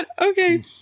Okay